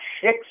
Six